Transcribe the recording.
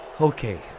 Okay